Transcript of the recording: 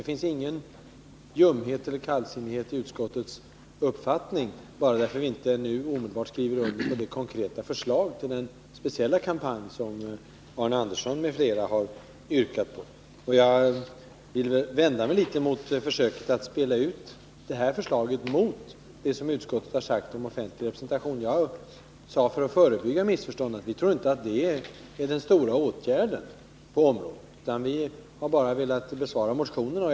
Det är inte uttryck för någon ljumhet i utskottets uppfattning att vi inte omedelbart skriver under de konkreta förslag till kampanj som Arne Andersson m.fl. har ställt. Jag vänder mig mot försöket att spela ut det förslaget mot vad utskottet har sagt om offentlig representation. Jag sade, för att förebygga missförstånd, att vi inte tror att det är den stora åtgärden på missbruksområdet — vi har bara velat besvara motionerna.